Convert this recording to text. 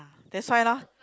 that's why lor